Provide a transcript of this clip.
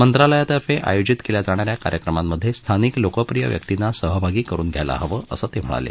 मंत्रालयातर्फे आयोजित केल्या जाणा या कार्यक्रमांमधे स्थानिक लोकप्रिय व्यक्तींना सहभागी करुन घ्यायला हवं असं ते म्हणाले